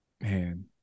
man